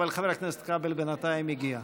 אבל חבר הכנסת כבל בינתיים הגיע.